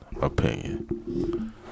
Opinion